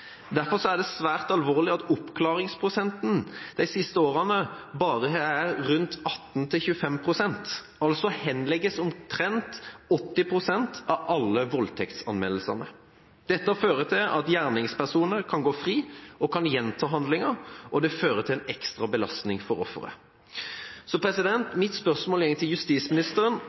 Derfor er det svært alvorlig at oppklaringsprosenten de siste årene bare er 18–25, altså henlegges omtrent 80 pst. av alle voldtektsanmeldelsene. Dette fører til at gjerningspersoner kan gå fri og kan gjenta handlinga, og det fører til en ekstra belastning for ofre. Mitt spørsmål går til justisministeren.